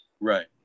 Right